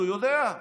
הוא יודע,